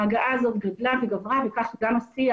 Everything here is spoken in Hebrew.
ההגעה היום גדלה וגברה וכך גם השיח,